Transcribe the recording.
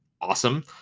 awesome